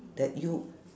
that you